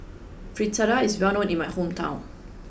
Fritada is well known in my hometown